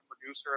producer